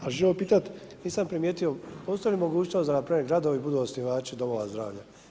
A želim pitat, nisam primijetio, postoji li mogućnost da npr. gradovi budu osnivači domova zdravlja?